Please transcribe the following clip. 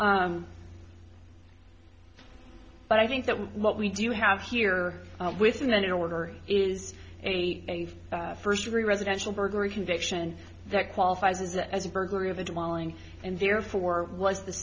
on but i think that what we do have here with an order is a first degree residential burglary conviction that qualifies it as a burglary of the dwelling and therefore was the